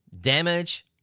Damage